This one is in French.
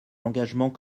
l’engagement